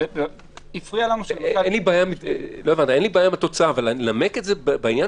מה הרעיון